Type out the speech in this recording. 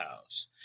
house